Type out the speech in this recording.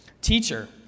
Teacher